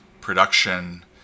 production